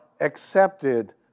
accepted